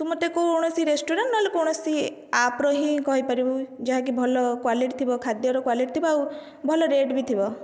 ତୁ ମତେ କୌଣସି ରେଷ୍ଟୁରାଣ୍ଟ୍ ନହେଲେ କୌଣସି ଆପ୍ରୁ ହିଁ କହିପାରିବୁ ଯାହାକି ଭଲ କ୍ୱାଲିଟି ଥିବ ଖାଦ୍ୟର କ୍ୱାଲିଟି ଥିବ ଆଉ ଭଲ ରେଟ୍ ବି ଥିବ